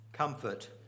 Comfort